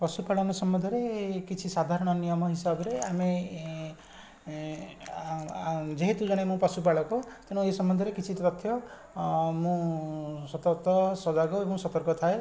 ପଶୁପାଳନ ସମ୍ୱନ୍ଧରେ କିଛି ସାଧାରଣ ନିୟମ ହିସାବରେ ଆମେ ଆ ଆ ଯେହେତୁ ମୁଁ ଜଣେ ପଶୁପାଳକ ତେଣୁ ଏ ସମ୍ୱନ୍ଧରେ କିଛି ତଥ୍ୟ ଆ ମୁଁ ସତର୍କ ସଜାଗ ଏବଂ ସତର୍କ ଥାଏ